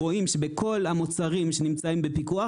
רואים שכל המוצרים שנמצאים בסוף בפיקוח,